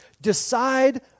Decide